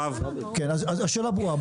השאלה ברורה.